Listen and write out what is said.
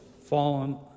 fallen